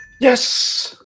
Yes